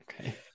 Okay